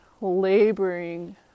laboring